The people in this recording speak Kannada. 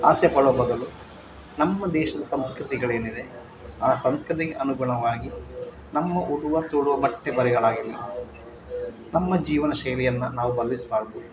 ಆಸೆಪಡೋ ಬದಲು ನಮ್ಮ ದೇಶದ ಸಂಸ್ಕೃತಿಗಳೇನಿದೆ ಆ ಸಂಸ್ಕೃತಿಗೆ ಅನುಗುಣವಾಗಿ ನಮ್ಮ ಉಡುವ ತೊಡುವ ಬಟ್ಟೆ ಬರೆಗಳಾಗಿರಲಿ ನಮ್ಮ ಜೀವನ ಶೈಲಿಯನ್ನು ನಾವು ಬದಲಿಸ್ಬಾರ್ದು